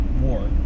War